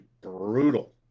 brutal